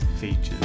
features